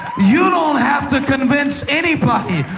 you don't have to convince anybody.